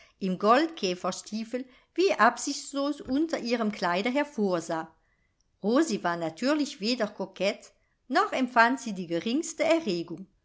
fuß im goldkäferstiefel wie absichtslos unter ihrem kleide hervorsah rosi war natürlich weder kokett noch empfand sie die geringste erregung